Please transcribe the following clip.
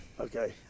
Okay